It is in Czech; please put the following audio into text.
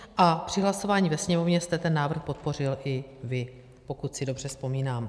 A při hlasování ve Sněmovně jste ten návrh podpořil i vy, pokud si dobře vzpomínám.